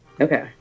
Okay